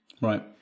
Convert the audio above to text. right